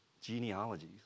genealogies